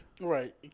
Right